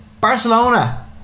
Barcelona